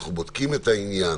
אנחנו בודקים את העניין,